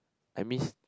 I miss